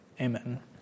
amen